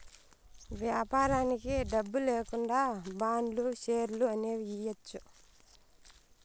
వ్యాపారానికి డబ్బు లేకుండా బాండ్లు, షేర్లు అనేవి ఇయ్యచ్చు